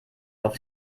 auf